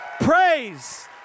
praise